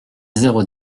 zéro